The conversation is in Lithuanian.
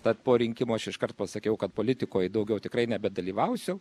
tad po rinkimų aš iškart pasakiau kad politikoj daugiau tikrai nebedalyvausiu